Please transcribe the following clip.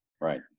Right